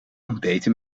ontbeten